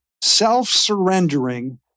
self-surrendering